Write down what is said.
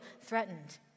threatened